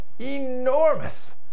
enormous